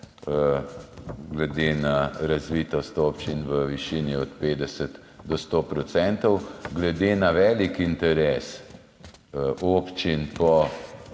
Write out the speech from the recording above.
glede na razvitost občin v višini od 50 do 100 %. Glede na velik interes občin po